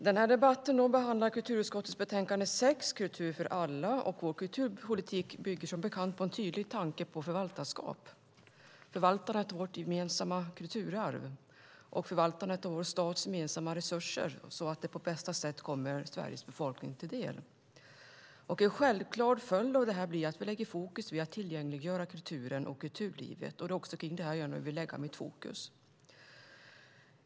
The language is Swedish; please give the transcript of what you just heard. Herr talman! Denna debatt behandlar kulturutskottets betänkande 6, Kultur för alla . Vår kulturpolitik bygger som bekant på en tydlig tanke om förvaltarskap. Det handlar om förvaltandet av vårt gemensamma kulturarv och förvaltandet av vår stats gemensamma resurser så att de på bästa sätt kommer Sveriges befolkning till del. En självklar följd av det blir att vi lägger fokus vid att tillgängliggöra kulturen och kulturlivet. Det är också här jag vill lägga fokus.